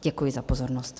Děkuji za pozornost.